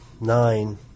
nine